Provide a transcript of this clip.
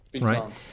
right